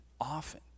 often